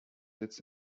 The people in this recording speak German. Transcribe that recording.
sitz